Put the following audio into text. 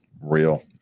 real